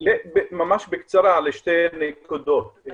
ממש בקצרה לשתי נקודות.